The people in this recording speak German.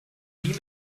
nie